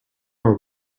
are